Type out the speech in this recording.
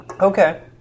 Okay